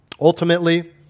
Ultimately